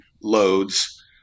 loads